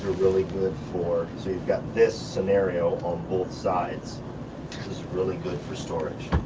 really good for, so you've got this scenario on both sides. this is really good for storage.